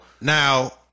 now